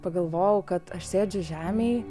pagalvojau kad aš sėdžiu žemėj